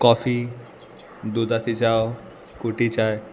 coffee दुदाची चाव खुटी चाय